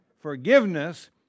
forgiveness